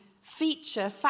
feature